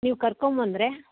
ನೀವು ಕರ್ಕೊಂಡ್ ಬಂದರೆ